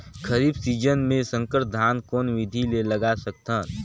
खरीफ season मे संकर धान कोन विधि ले लगा सकथन?